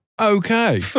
Okay